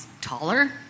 taller